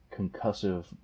concussive